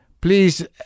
Please